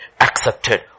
accepted